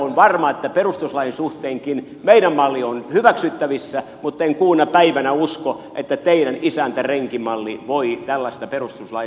on varmaa että perustuslainkin suhteen meidän mallimme on hyväksyttävissä mutten kuuna päivänä usko että teidän isäntärenki mallinne voi tällaista perustuslain vaadetta täyttää